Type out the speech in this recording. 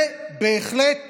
זה בהחלט